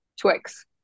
Twix